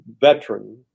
veteran